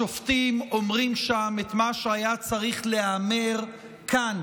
השופטים אומרים שם את מה שהיה צריך להיאמר כאן,